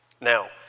Now